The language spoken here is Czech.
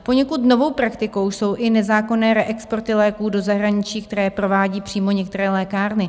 Poněkud novou praktikou jsou i nezákonné reexporty léků do zahraničí, které provádí přímo některé lékárny.